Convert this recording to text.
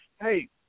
hey